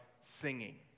singing